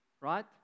right